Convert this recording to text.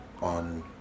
on